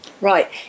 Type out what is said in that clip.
Right